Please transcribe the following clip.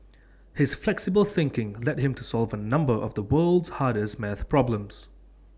his flexible thinking led him to solve A number of the world's hardest maths problems